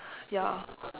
ya